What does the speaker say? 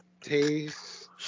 taste